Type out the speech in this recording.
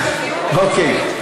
אוקיי.